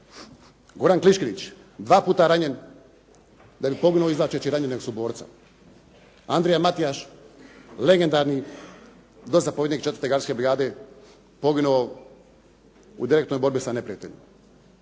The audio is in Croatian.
Goran Kliškević dva puta ranjen da bi poginuo izvlačeći ranjenog suborca. Andrija Matijaš legendarni dozapovjednik 4. gardijske brigade poginuo u direktnoj borbi sa neprijateljem.